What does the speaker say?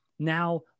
Now